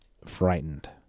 frightened